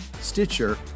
Stitcher